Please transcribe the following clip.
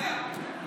במו ידיה, במו ידיה.